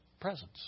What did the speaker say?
presence